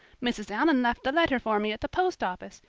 mrs. allan left the letter for me at the post office.